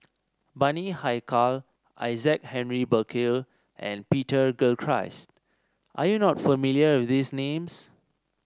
Bani Haykal Isaac Henry Burkill and Peter Gilchrist are you not familiar with these names